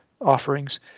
offerings